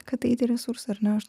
kad eit į resursą ar ne aš